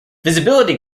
visibility